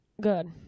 Good